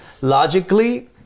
logically